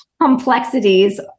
complexities